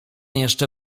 jeszcze